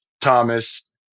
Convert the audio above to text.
Thomas